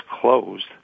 closed